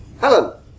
Helen